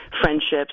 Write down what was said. friendships